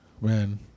man